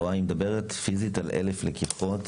עו"ד יעל, היא מדברת, פיזית, על אלף לקיחות.